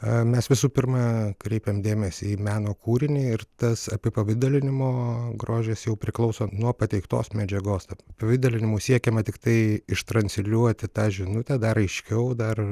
eee mes visų pirma kreipiam dėmesį į meno kūrinį ir tas apipavidalinimo grožis jau priklauso nuo pateiktos medžiagos apipavidalinimu siekiama tiktai ištransliuoti tą žinutę dar aiškiau dar